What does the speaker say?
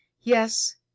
Yes